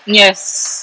yes